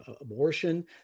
abortion